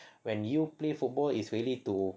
when you play football it's really to